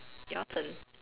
your turn